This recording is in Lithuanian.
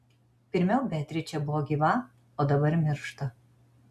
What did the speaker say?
pirmiau beatričė buvo gyva o dabar miršta